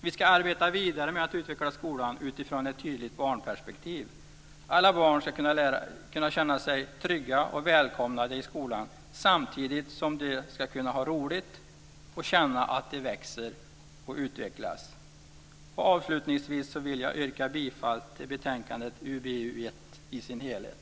Vi ska arbeta vidare med att utveckla skolan utifrån ett tydligt barnperspektiv. Alla barn ska kunna känna sig trygga och välkomnade i skolan samtidigt som de ska kunna ha roligt och känna att de växer och utvecklas. Avslutningsvis vill jag yrka bifall till hemställan i betänkandet UbU1 i dess helhet.